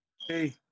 Hey